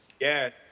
Yes